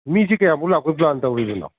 ꯃꯤꯁꯤ ꯀꯌꯥꯝꯃꯨꯛ ꯂꯥꯛꯄꯒꯤ ꯄ꯭ꯂꯥꯟ ꯇꯧꯔꯤꯕꯅꯣ